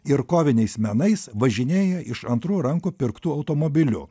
ir koviniais menais važinėja iš antrų rankų pirktu automobiliu